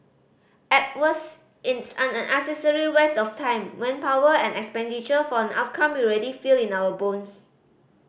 at worst it's an unnecessary waste of time manpower and expenditure for an outcome we already feel in our bones